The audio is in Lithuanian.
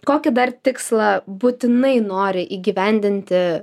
kokį dar tikslą būtinai nori įgyvendinti